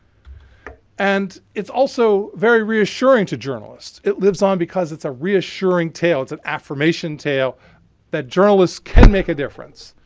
and it's also very reassuring to journalists. it lives on because it's a reassuring tale. it's an affirmation tale that journalists can make a difference,